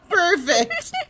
Perfect